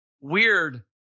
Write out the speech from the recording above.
weird